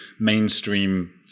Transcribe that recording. mainstream